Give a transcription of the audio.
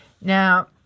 Now